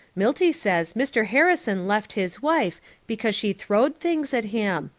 milty says mr. harrison left his wife because she throwed things at him.